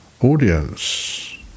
audience